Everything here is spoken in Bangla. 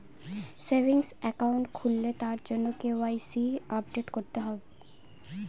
সেভিংস একাউন্ট খুললে তার জন্য কে.ওয়াই.সি আপডেট করতে হয়